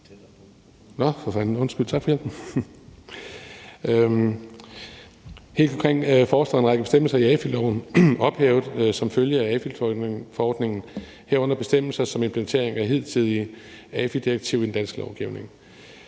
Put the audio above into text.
Helt konkret foreslås en række bestemmelser i AFI-loven ophævet som følge af AFI-forordningen, herunder bestemmelser om implementering af det hidtidige AFI-direktiv i dansk lovgivning.